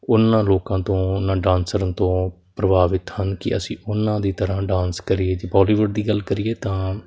ਉਹਨਾਂ ਲੋਕਾਂ ਤੋਂ ਉਹਨਾਂ ਡਾਂਸਰਾਂ ਤੋਂ ਪ੍ਰਭਾਵਿਤ ਹਨ ਕਿ ਅਸੀਂ ਉਹਨਾਂ ਦੀ ਤਰ੍ਹਾਂ ਡਾਂਸ ਕਰੀਏ ਜੇ ਬੋਲੀਵੁੱਡ ਦੀ ਗੱਲ ਕਰੀਏ ਤਾਂ